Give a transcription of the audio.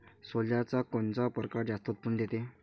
सोल्याचा कोनता परकार जास्त उत्पन्न देते?